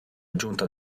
giunta